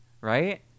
right